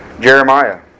Jeremiah